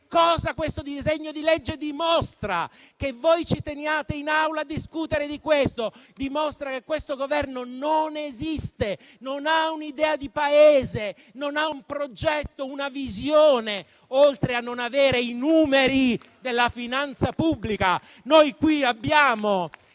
cosa questo disegno di legge dimostra: che voi ci teniate in Aula a discutere di questo, dimostra che questo Governo non esiste, non ha un'idea di Paese, non ha un progetto o una visione, oltre a non avere i numeri della finanza pubblica.